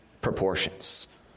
proportions